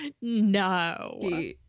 no